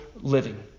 living